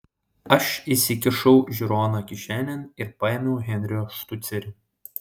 aš įsikišau žiūroną kišenėn ir paėmiau henrio štucerį